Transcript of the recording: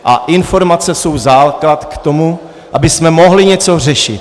A informace jsou základ k tomu, abychom mohli něco řešit.